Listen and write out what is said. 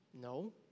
No